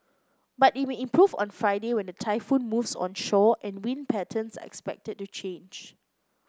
but it may improve on Friday when the typhoon moves onshore and wind patterns are expected to change